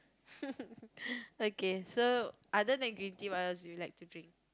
okay so other than green tea what else do you like to drink